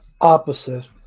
opposite